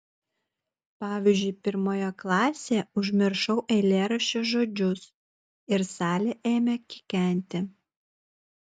pavyzdžiui pirmoje klasėje užmiršau eilėraščio žodžius ir salė ėmė kikenti